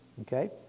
Okay